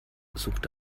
suchte